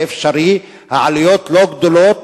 זה אפשרי, העלויות לא גדולות,